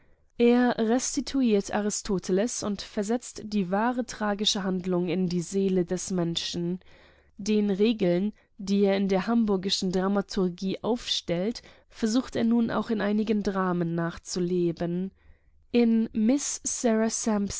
er restituiert aristoteles und versetzt die wahre tragische handlung in die seele des menschen den regeln die er in der hamburgischen dramaturgie aufgestellt versucht er in einigen dramen nachzuleben in